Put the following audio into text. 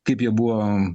kaip jie buvo